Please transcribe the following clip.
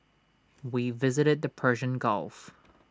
we visited the Persian gulf